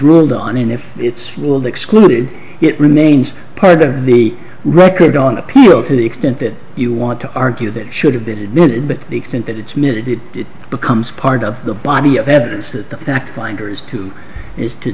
ruled on and if it's ruled excluded it remains part of the record on appeal to the extent that you want to argue that it should have been admitted but the extent that it's made it becomes part of the body of evidence that the act minders who is to